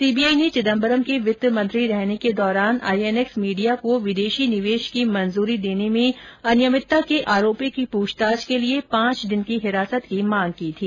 CBI ने चिदम्बरम के वित्त मंत्री रहने के दौरान आईएनएक्स मीडिया को विदेशी निवेश की मंजूरी देने में अनियमितता के आरोपों की पूछताछ को लिए पांच दिन की हिरासत की मांग की थी